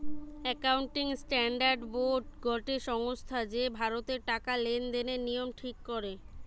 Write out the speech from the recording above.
accounting standard board গটে সংস্থা যে ভারতের টাকা লেনদেনের নিয়ম ঠিক করে